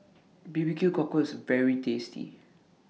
B B Q Cockle IS very tasty